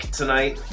tonight